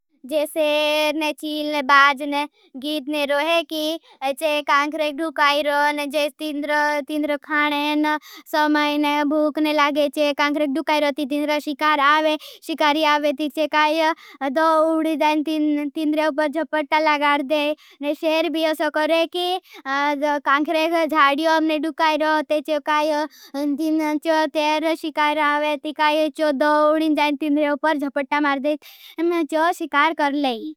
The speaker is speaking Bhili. जे सेर ने चील ने बाज ने गीत ने रोहे की चे। कांखरेग दुखाईरो ने जे स्तिंद्र तिंद्र खाणेन समयने भूखने लागे। चे कांखरेग दुखाईरो ती तिंद्र शिकार आवे शिकारी आवे। ती चे काई दो उड़ी जाएं। तिंद्रे उपर जपटा लगाड में जो शिकार कर लेई।